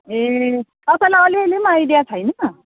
ए तपाईँलाई अलिअलि पनि आइडिया छैन